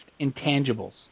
intangibles